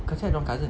cause dorang cousin